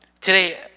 today